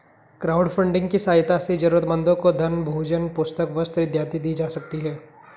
crowdfunding की सहायता से जरूरतमंदों को धन भोजन पुस्तक वस्त्र इत्यादि दी जा सकती है